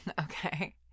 Okay